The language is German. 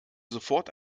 sofort